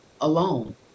alone